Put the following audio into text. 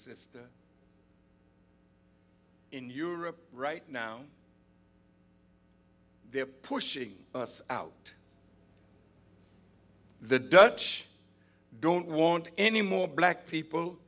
sister in europe right now they are pushing us out the dutch don't want any more black people